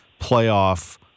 playoff